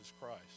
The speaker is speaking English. Christ